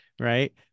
right